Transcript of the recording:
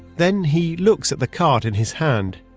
then he looks at the card in his hand,